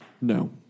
No